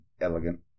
elegant